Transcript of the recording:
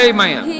Amen